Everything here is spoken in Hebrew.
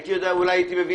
הייתי יודע, אולי הייתי מביא